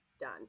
done